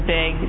big